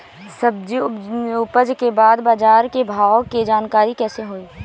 सब्जी उपज के बाद बाजार के भाव के जानकारी कैसे होई?